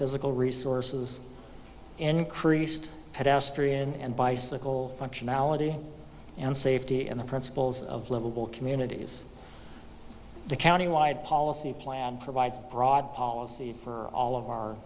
physical resources increased pedestrian and bicycle functionality and safety and the principles of livable communities the county wide policy plan provides broad policy for all of